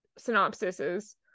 synopsises